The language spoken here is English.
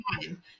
time